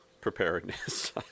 preparedness